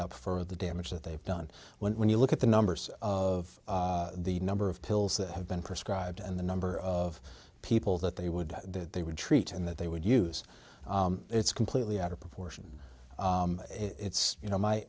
up for the damage that they've done when when you look at the numbers of the number of pills that have been prescribed and the number of people that they would that they would treat and that they would use it's completely out of proportion it's you know my